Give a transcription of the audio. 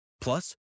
Plus